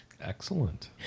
Excellent